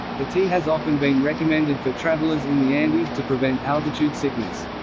the tea has often been recommended for travelers in the andes to prevent altitude sickness.